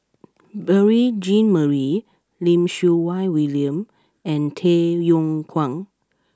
Beurel Jean Marie Lim Siew Wai William and Tay Yong Kwang